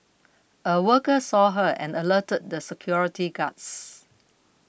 a worker saw her and alerted the security guards